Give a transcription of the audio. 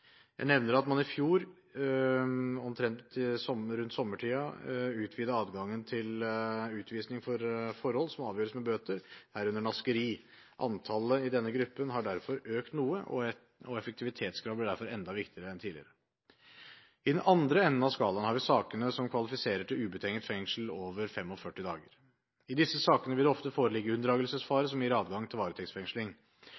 Jeg nevner at man i fjor, omtrent rundt sommertiden, utvidet adgangen til utvisning for forhold som avgjøres med bøter, herunder naskeri. Antallet i denne gruppen har derfor økt noe, og effektivitetskravet blir derfor enda viktigere enn tidligere. I den andre enden av skalaen har vi sakene som kvalifiserer til ubetinget fengsel over 45 dager. I disse sakene vil det ofte foreligge